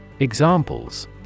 EXAMPLES